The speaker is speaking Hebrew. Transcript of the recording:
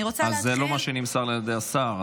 זה לא מה שנמסר על ידי השר.